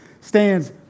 stands